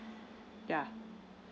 yeah